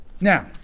Now